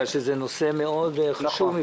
בגלל שזה נושא חשוב מאוד מבחינתנו.